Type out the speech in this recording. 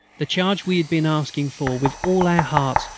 the charge we had been asking for, with all our hearts,